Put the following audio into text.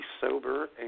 sober